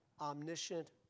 omniscient